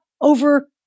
over